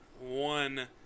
one